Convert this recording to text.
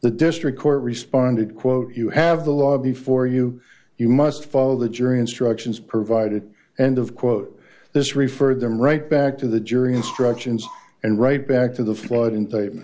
the district court responded quote you have the law before you you must follow the jury instructions provided and of quote this refer them right back to the jury instructions and right back to the flood